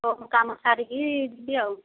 ହଉ ମୁଁ କାମ ସାରିକି ଯିବି ଆଉ